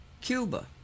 Cuba